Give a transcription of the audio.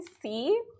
see